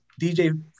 dj